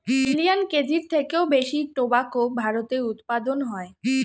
million কেজির থেকেও বেশি টোবাকো ভারতে উৎপাদন হয়